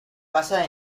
basa